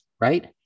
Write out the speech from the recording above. right